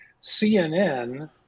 CNN